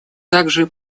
также